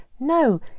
No